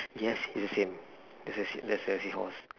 yes it's the same there's a there's a seahorse